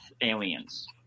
aliens